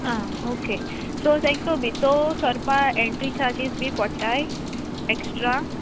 आं okay so तांकां बितोर सोरपा एंट्री चार्जीस बी पोडटाय एक्स्ट्रा